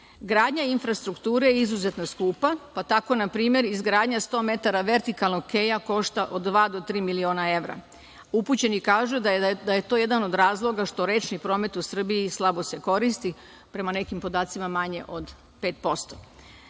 Gradnja infrastrukture izuzetno je skupa, pa tako naprimer izgradnja 100 metara vertikalnog keja košta od dva do tri miliona evra. Upućeni kažu da je to jedan od razloga što rečni promet u Srbiji slabo se koristi, prema nekim podacima manje od